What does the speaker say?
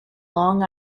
long